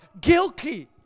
guilty